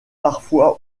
parfois